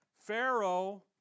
Pharaoh